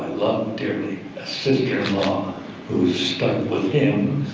love dearly, a sister-in-law who stuck with him